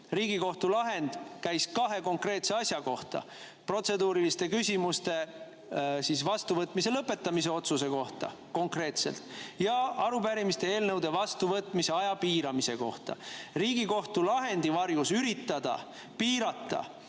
Riigikohtu lahend käis kahe konkreetse asja kohta: protseduuriliste küsimuste vastuvõtmise lõpetamise otsuse kohta, konkreetselt, ning arupärimiste ja eelnõude vastuvõtmise aja piiramise kohta. Riigikohtu lahendi varjus üritada piirata